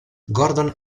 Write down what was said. gordon